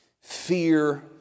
fear